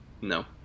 No